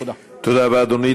תודה רבה, אדוני.